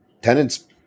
tenants